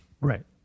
Right